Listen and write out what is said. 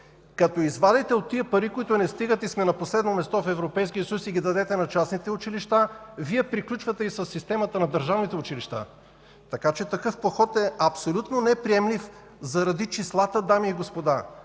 Като извадите от тези пари, които не стигат, и сме на последно място в Европейския съюз, и ги дадете на частните училища, Вие приключвате и със системата на държавните училища. Така че такъв подход е абсолютно неприемлив заради числата, дами и господа.